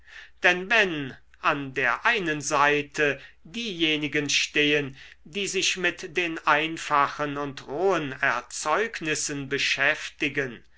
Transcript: denn wenn an der einen seite diejenigen stehen die sich mit den einfachen und rohen erzeugnissen beschäftigen